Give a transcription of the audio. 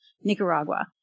Nicaragua